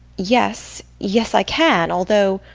yes, yes, i can although